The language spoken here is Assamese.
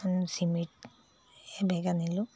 চিমেন্ট এবেগ আনিলোঁ